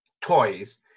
Toys